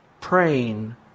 praying